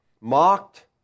mocked